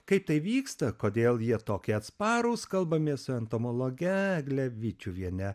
kaip tai vyksta kodėl jie tokie atsparūs kalbamės su entomologe egle vičiuviene